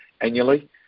annually